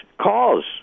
cause